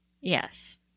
Yes